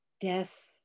Death